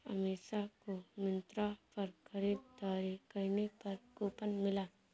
अमीषा को मिंत्रा पर खरीदारी करने पर कूपन मिला